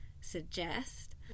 suggest